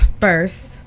first